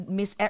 Miss